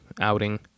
outing